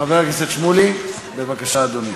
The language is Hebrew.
חבר הכנסת שמולי, בבקשה, אדוני.